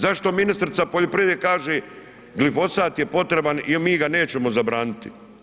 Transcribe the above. Zašto ministrica poljoprivrede kaže glifosat je potreban i mi ga nećemo zabraniti?